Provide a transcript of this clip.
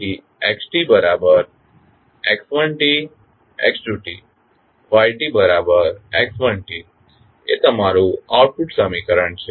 તેથી xtx1 x2 ytx1tએ તમારું આઉટપુટ સમીકરણ છે